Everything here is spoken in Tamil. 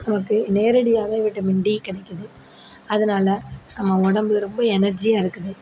நமக்கு நேரடியாகவே விட்டமின் டி கிடைக்குது அதனால் நம்ம உடம்பு ரொம்ப எனர்ஜியாக இருக்குது